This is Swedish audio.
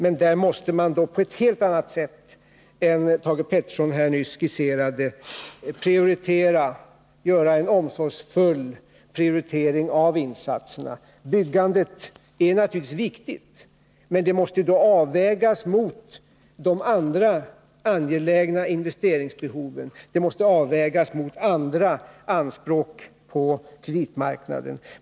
Men där måste man på ett helt annat sätt än Thage Peterson nyss skisserade göra en omsorgsfull prioritering av insatserna. Byggandet är självfallet viktigt, men det måste vägas mot de andra angelägna investeringsbehoven. Det måste vägas mot andra anspråk på kreditmarknaden.